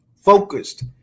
focused